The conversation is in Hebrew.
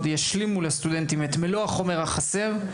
ישלימו לסטודנטים את מלוא החומר החסר.